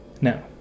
Now